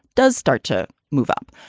does start to move up.